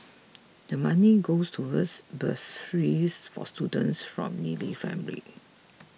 the money goes towards bursaries for students from needy families